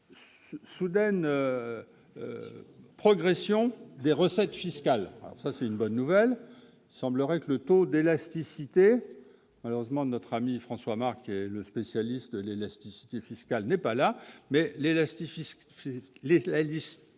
une soudaine progression des recettes fiscales, ça c'est une bonne nouvelle, semblerait que le taux d'élasticité malheureusement notre ami François Marc, le spécialiste de l'élasticité fiscal n'est pas là mais les lester